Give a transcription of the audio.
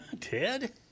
Ted